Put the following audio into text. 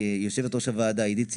יושבת ראש הוועדה עידית סילמן,